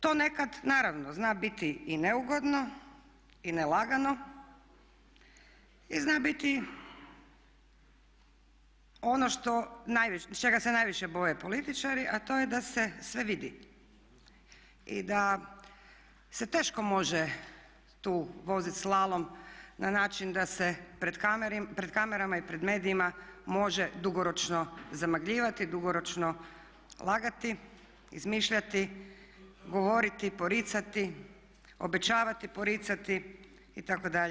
To nekada naravno zna biti i neugodno i ne lagano i zna biti ono čega se najviše boje političari a to je da se sve vidi i da se teško može tu voziti slalom na način da se pred kamerama i pred medijima može dugoročno zamagljivati, dugoročno lagati, izmišljati, govoriti, poricati, obećavati, poricati itd.